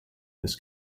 this